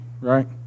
right